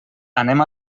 anem